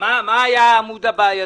מה היה העמוד הבעייתי?